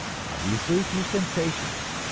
obviously, through sensations.